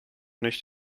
nicht